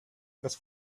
las